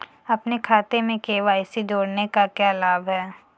अपने खाते में के.वाई.सी जोड़ने का क्या लाभ है?